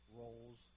roles